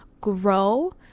grow